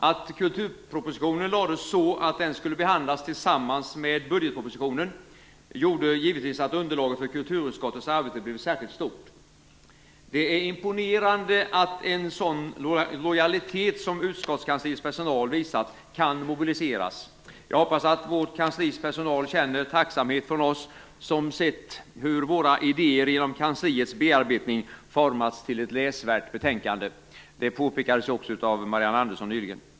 Att kulturpropositionen lades så att den skulle behandlas tillsammans med budgetpropositionen gjorde givetvis att underlaget för kulturutskottets arbete blev särskilt stort. Det är imponerande att en sådan lojalitet som utskottskansliets personal visat kan mobiliseras. Jag hoppas att vårt kanslis personal känner tacksamhet från oss som sett hur våra idéer genom kansliets bearbetning formats till ett läsvärt betänkande. Detta påpekades nyss också av Marianne Andersson.